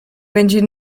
będzie